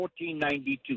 1492